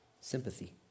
sympathy